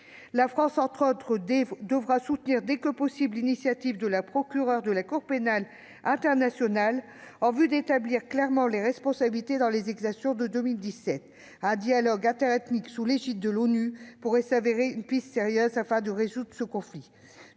La France devra soutenir dès que possible, entre autres initiatives, celle de la procureure de la Cour pénale internationale destinée à établir clairement les responsabilités dans les exactions de 2017. Un dialogue interethnique, sous l'égide de l'ONU, pourrait s'avérer une piste sérieuse pour résoudre ce conflit.